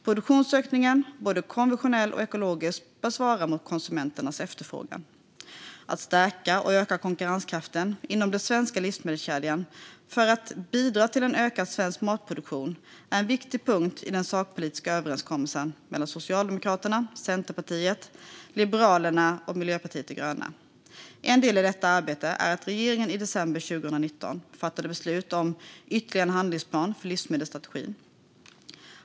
Produktionsökningen, både konventionell och ekologisk, bör svara mot konsumenternas efterfrågan. Att stärka och öka konkurrenskraften inom den svenska livsmedelskedjan för att bidra till en ökad svensk matproduktion är en viktig punkt i den sakpolitiska överenskommelsen mellan Socialdemokraterna, Centerpartiet, Liberalerna och Miljöpartiet de gröna. En del i detta arbete är att regeringen i december 2019 fattade beslut om ytterligare en handlingsplan för livsmedelsstrategin.